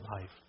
life